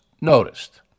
noticed